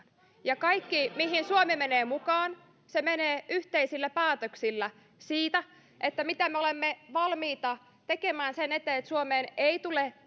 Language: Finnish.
ja kaikkeen mihin suomi menee mukaan se menee yhteisillä päätöksillä siitä mitä me olemme valmiita tekemään sen eteen että suomeen ei tule